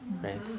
Right